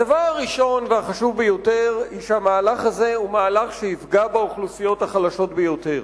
הדבר הראשון והחשוב ביותר הוא שהמהלך הזה יפגע באוכלוסיות החלשות ביותר.